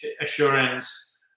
assurance